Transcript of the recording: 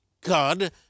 God